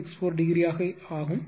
64 ° ஆகும்